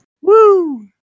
Woo